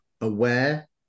aware